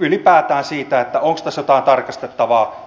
ylipäätään siitä onko tässä linjassa minkä me olemme valinneet jotakin tarkastettavaa